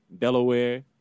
Delaware